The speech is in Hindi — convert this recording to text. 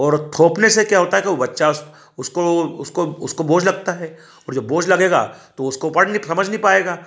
और थोपने से क्या होता है कि वह बच्चा उसको उसको उसको बोझ लगता है और जो बोझ लगेगा तो उसको पढ़ नहीं समझ नहीं पाएगा